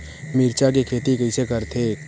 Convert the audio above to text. मिरचा के खेती कइसे करथे?